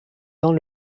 dans